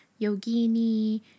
yogini